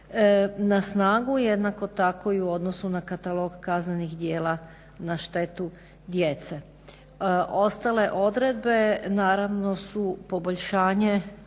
na snagu. Jednako tako i u odnosu na katalog kaznenih djela na štetu djece. Ostale odredbe naravno su poboljšanje